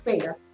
fair